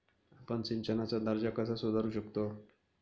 आपण सिंचनाचा दर्जा कसा सुधारू शकतो?